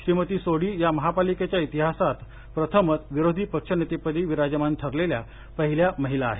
श्रीमती सोढी या महापालिकेच्या इतिहासात प्रथमच विरोधी पक्षनेतेपदी विराजमान झालेल्या महिला ठरल्या आहेत